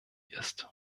ist